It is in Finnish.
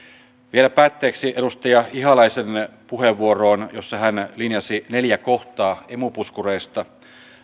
vielä päätteeksi edustaja ihalaisen puheenvuoroon jossa hän linjasi neljä kohtaa emu puskureista